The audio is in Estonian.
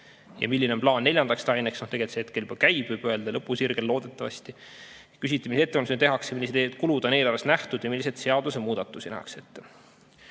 ja milline on plaan neljandaks laineks. No tegelikult see hetkel juba käib, võib öelda, et on lõpusirgel, loodetavasti. Küsiti, milliseid ettevalmistusi tehakse, millised kulud on eelarves ette nähtud ja milliseid seadusemuudatusi nähakse ette.